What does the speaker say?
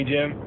Jim